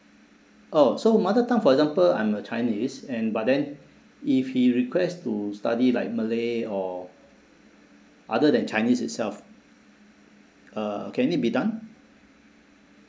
oh so mother tongue for example I'm a chinese and but then if he request to study like malay or other than chinese itself uh can it be done